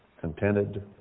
Contented